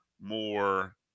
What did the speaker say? more